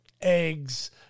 eggs